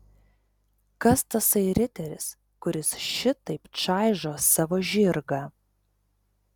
kas tasai riteris kuris šitaip čaižo savo žirgą